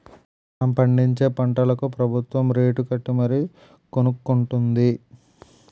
మనం పండించే పంటలకు ప్రబుత్వం రేటుకట్టి మరీ కొనుక్కొంటుంది